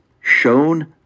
shown